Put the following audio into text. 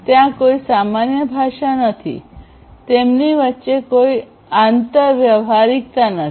ત્યાં કોઈ સામાન્ય ભાષા નથી તેમની વચ્ચે કોઈ આંતરવ્યવહારિકતા નથી